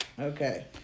Okay